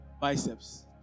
Biceps